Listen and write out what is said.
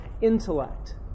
intellect